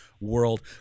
world